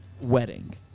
wedding